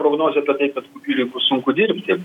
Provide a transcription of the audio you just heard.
prognozė apie tai kad likus sunku dirbti